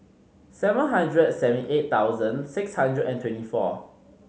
seven hundred and seventy eight thousand six hundred and twenty four